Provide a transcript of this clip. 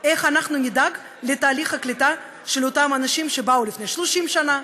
איך אנחנו נדאג לתהליך הקליטה של אותם אנשים שבאו לפני 30 שנה,